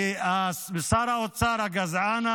משר האוצר הגזען,